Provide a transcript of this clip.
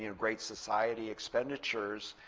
you know great society expenditures.